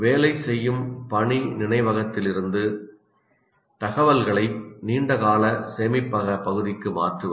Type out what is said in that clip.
வேலை செய்யும்பணி நினைவகத்திலிருந்து தகவல்களை நீண்டகால சேமிப்பக பகுதிக்கு மாற்றுவது